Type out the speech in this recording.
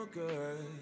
good